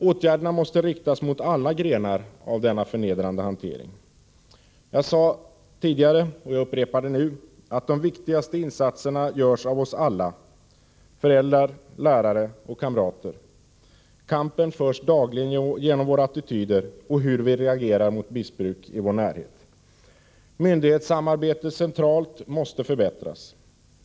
Åtgärderna måste riktas mot alla grenar av denna förnedrande hantering. Jag sade tidigare, och jag upprepar det nu, att de viktigaste insatserna görs av oss alla — föräldrar, lärare och kamrater. Kampen förs dagligen genom våra attityder och hur vi reagerar mot missbruk i vår närhet. Myndighetssamarbetet centralt måste förbättras.